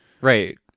right